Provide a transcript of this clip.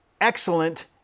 excellent